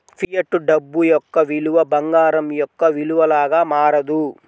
fiat డబ్బు యొక్క విలువ బంగారం యొక్క విలువ లాగా మారదు